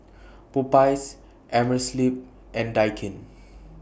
Popeyes Amerisleep and Daikin